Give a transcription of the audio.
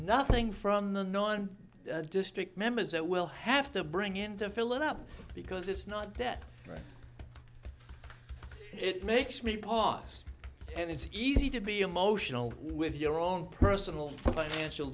nothing from the no one district members that will have to bring in to fill it up because it's not debt right it makes me pause and it's easy to be emotional with your own personal financial